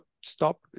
stop